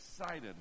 excited